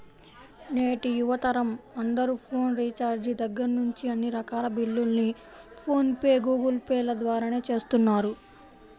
నేటి యువతరం అందరూ ఫోన్ రీఛార్జి దగ్గర్నుంచి అన్ని రకాల బిల్లుల్ని ఫోన్ పే, గూగుల్ పే ల ద్వారానే చేస్తున్నారు